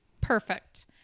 Perfect